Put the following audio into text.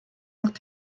macht